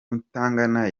mutangana